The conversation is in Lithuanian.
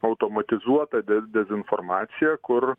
automatizuota de dezinformacija kur